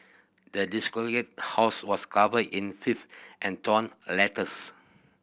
the house was covered in fifth and torn letters